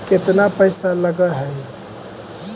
केतना पैसा लगय है?